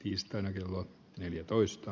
tiistaina kello neljätoista